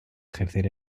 ejercer